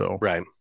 Right